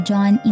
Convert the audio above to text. John